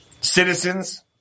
citizens